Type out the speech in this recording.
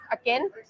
again